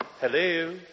Hello